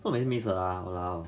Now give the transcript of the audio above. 为什么每次 miss 的 lah !walao!